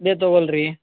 ಬೇ ತಗೋಳ್ಳಿ ರೀ